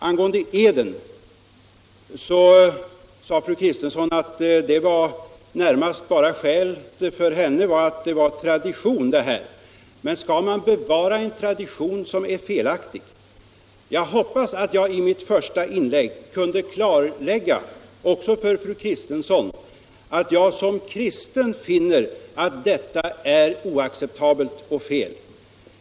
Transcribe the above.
Angående eden sade fru Kristensson att den för henne närmast bara var tradition. Men skall man bevara en tradition som är felaktig? Jag hoppas att jag i mitt första inlägg kunde klargöra också för fru Kristensson att jag som kristen finner detta oacceptabelt och felaktigt.